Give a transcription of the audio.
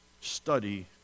Study